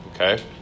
Okay